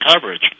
coverage